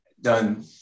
done